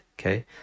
okay